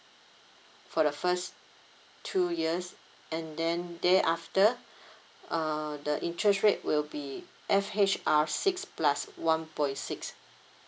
for the first two years and then thereafter uh the interest rate will be F_H_R six plus one point six